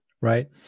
Right